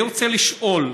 אני רוצה לשאול